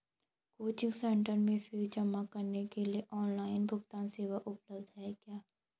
Coaching centre में fees जमा करने के लिए ऑनलाइन भुगतान सेवा उपलब्ध है क्या?